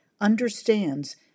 understands